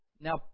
now